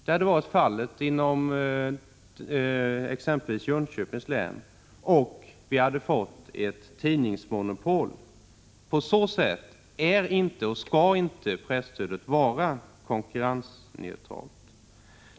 Det hade blivit fallet inom exempelvis Jönköpings län, och vi hade fått ett tidningsmonopol. På så sätt är presstödet inte konkurrensneutralt och skall inte heller vara det.